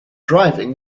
driving